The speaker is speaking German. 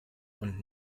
und